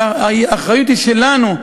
והאחריות היא שלנו,